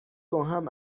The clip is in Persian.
باهم